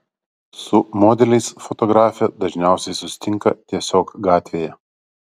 su modeliais fotografė dažniausiai susitinka tiesiog gatvėje